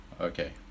okay